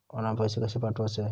Online पैसे कशे पाठवचे?